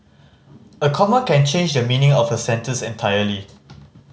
a comma can change the meaning of a sentence entirely